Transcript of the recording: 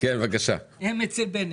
הם אצל בנט.